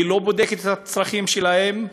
היא לא בודקת את הצרכים שלהם.